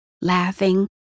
Laughing